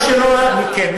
כן,